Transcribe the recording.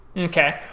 Okay